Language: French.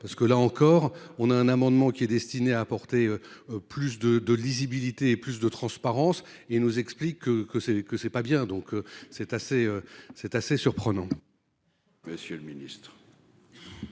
parce que là encore on a un amendement qui est destinée à apporter plus de de lisibilité. Plus de transparence et nous explique que c'est que c'est pas bien, donc c'est assez, c'est assez surprenant. Monsieur le Ministre.